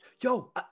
Yo